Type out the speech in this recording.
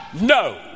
no